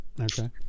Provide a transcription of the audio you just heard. Okay